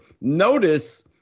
notice